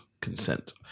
consent